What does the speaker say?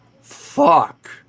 fuck